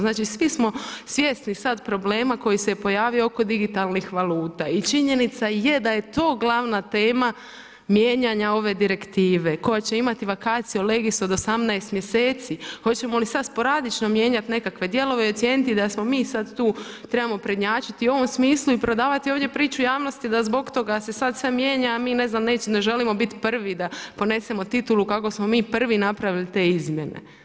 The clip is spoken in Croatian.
Znači svi smo svjesni sad problema koji se pojavio oko digitalnih valuta i činjenica je da je to glavna tema mijenjanja ove direktive, koja će imati vakacio legis od 18 mjeseci, hoćemo li sad sporadično mijenjat nekakve dijelove i ocijenit da mi tu trebamo prednjačit u ovom smislu i prodavati ovdje priču javnosti da zbog toga se sad sve mijenja, a mi ne znam, ne želimo bit prvi da ponesemo titulu kako smo mi prvi napravili te izmjene.